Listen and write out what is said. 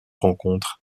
rencontre